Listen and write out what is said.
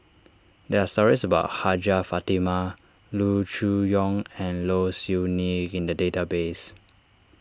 there are stories about Hajjah Fatimah Loo Choon Yong and Low Siew Nghee in the database